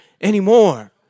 anymore